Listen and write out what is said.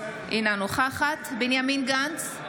אינה נוכחת בנימין גנץ,